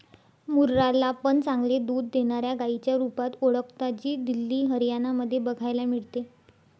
मुर्रा ला पण चांगले दूध देणाऱ्या गाईच्या रुपात ओळखता, जी दिल्ली, हरियाणा मध्ये बघायला मिळते